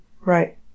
right